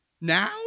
now